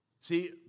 See